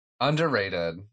Underrated